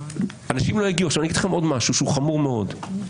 אני אגיד לכם עוד משהו, שהוא חמור מאוד.